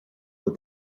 what